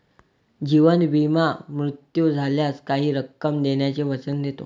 जीवन विमा मृत्यू झाल्यास काही रक्कम देण्याचे वचन देतो